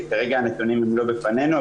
שכרגע הנתונים הם לא בפנינו,